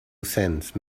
sense